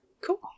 Cool